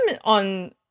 on